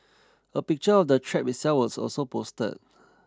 a picture of the trap itself was also posted